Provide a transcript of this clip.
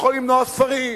הוא יכול למנוע ספרים,